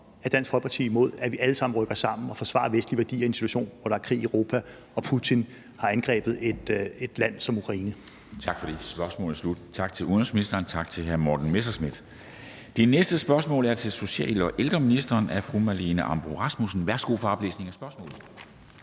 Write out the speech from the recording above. er Dansk Folkeparti imod, at vi allesammen rykker sammen og forsvarer vestlige værdier i en situation, hvor der er krig i Europa, og Putin har angrebet et land som Ukraine?